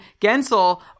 Gensel